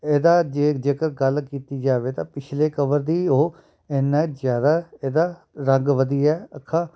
ਇਹਦਾ ਜੇ ਜੇਕਰ ਗੱਲ ਕੀਤੀ ਜਾਵੇ ਤਾਂ ਪਿਛਲੇ ਕਵਰ ਦੀ ਉਹ ਇੰਨਾਂ ਜ਼ਿਆਦਾ ਇਹਦਾ ਰੰਗ ਵਧੀਆ ਅੱਖਾਂ